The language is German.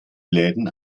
läden